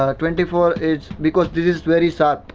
ah twenty four is because this is very soft.